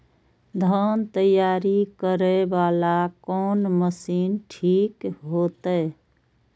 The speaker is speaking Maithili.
धान तैयारी करे वाला कोन मशीन ठीक होते?